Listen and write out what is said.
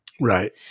Right